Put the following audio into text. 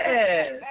Yes